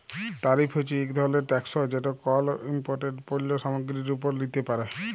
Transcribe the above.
তারিফ হছে ইক ধরলের ট্যাকস যেট কল ইমপোর্টেড পল্য সামগ্গিরির উপর লিতে পারে